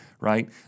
right